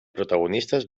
protagonistes